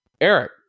Eric